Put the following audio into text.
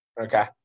Okay